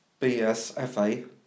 BSFA